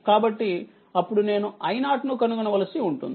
కాబట్టి అప్పుడు నేనుi0ను కనుగొనవలసి ఉంటుంది